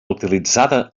utilitzada